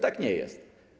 Tak nie jest.